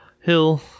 Hill